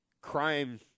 crime